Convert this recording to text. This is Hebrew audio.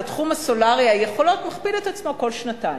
התחום הסולרי הכפיל את עצמו כל שנתיים.